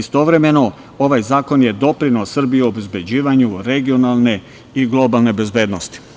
Istovremeno, ovaj zakon je doprineo Srbiji obezbeđivanju regionalne i globalne bezbednosti.